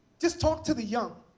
just talk to the young.